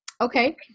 Okay